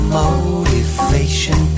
motivation